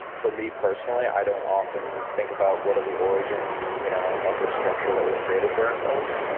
for me personally, i don't often think about what are the origins you know of this structure that we've created for ourselves.